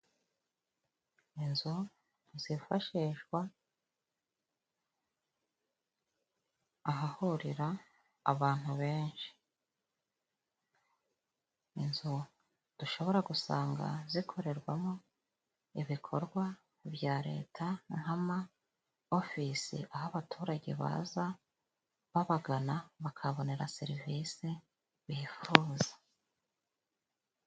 Inzu zifashishwa ahahurira abantu benshi, inzu dushobora gusanga zikorerwamo ibikorwa bya leta nk' amaofise aho abaturage baza babagana bakahabonera serivisi bifuza.